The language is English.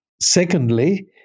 Secondly